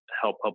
help